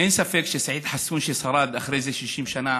אין ספק, סעיד חסון, ששרד, סיפר לנו אחרי 60 שנה